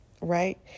right